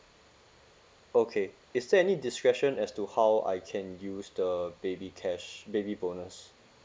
okay is there any discretion as to how I can use the baby cash baby bonus